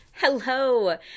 Hello